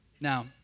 Now